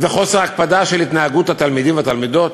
ומחוסר הקפדה על התנהגות התלמידים והתלמידות?